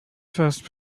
first